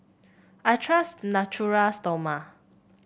I trust Natura Stoma